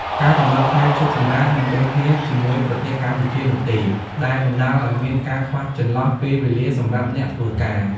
ការកំណត់ថ្ងៃឈប់សម្រាកមិនដូចគ្នាជាមួយប្រទេសកម្ពុជានោះទេ ដែលបណ្តាលឲ្យមានការខ្វះចន្លោះពេលវេលាសម្រាប់អ្នកធ្វើការ។